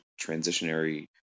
transitionary